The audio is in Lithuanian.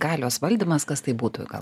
galios valdymas kas tai būtų gal